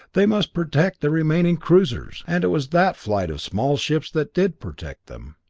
they must protect the remaining cruisers! and it was that flight of small ships that did protect them.